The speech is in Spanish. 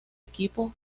equipo